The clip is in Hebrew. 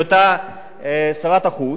בהיותה שרת החוץ,